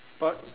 but